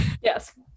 Yes